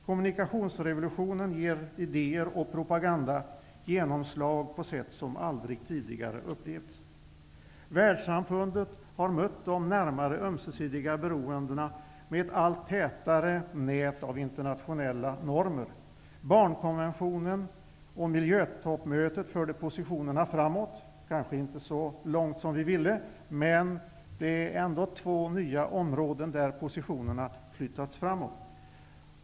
Kommunikationsrevolutionen ger idéer och propaganda genomslag på sätt som aldrig tidigare upplevts. Världssamfundet har mött de mer nära ömsesidiga beroendena med ett allt tätare nät av internationella normer. Barnkonventionen och miljötoppmötet förde positionerna framåt. Man gick kanske inte så långt som vi ville, men det är två nya områden där positionerna flyttats framåt.